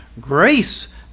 grace